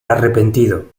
arrepentido